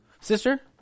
Sister